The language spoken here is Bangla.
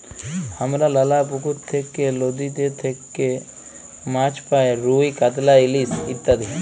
হামরা লালা পুকুর থেক্যে, লদীতে থেক্যে মাছ পাই রুই, কাতলা, ইলিশ ইত্যাদি